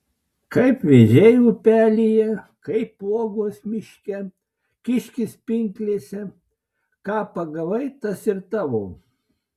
kaip vėžiai upelyje kaip uogos miške kiškis pinklėse ką pagavai tas ir tavo